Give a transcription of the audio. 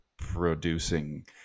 producing